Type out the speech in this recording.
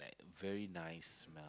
very nice smell